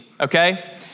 okay